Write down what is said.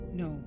no